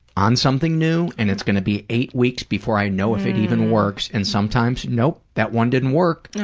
on something new, and it's going to be eight weeks before i know if it even works. and sometimes nope, that one didn't work.